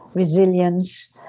resilience.